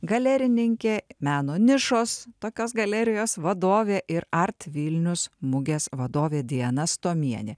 galerininkė meno nišos tokios galerijos vadovė ir art vilnius mugės vadovė diana stomienė